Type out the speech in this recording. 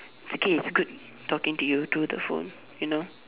it's okay it's good talking to you through the phone you know